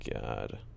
God